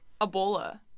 Ebola